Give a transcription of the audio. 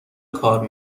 کار